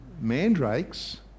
mandrakes